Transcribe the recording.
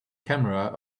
camera